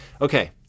Okay